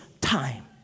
time